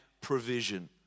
provision